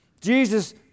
Jesus